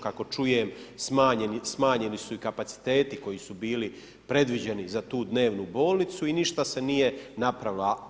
Kakao čujem smanjeni su i kapaciteti koji su bili predviđeni za tu dnevnu bolnicu i ništa se nije napravilo.